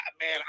man